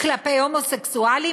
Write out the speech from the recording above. כלפי הומוסקסואלים?